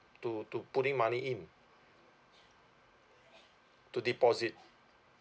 to to putting money in to deposit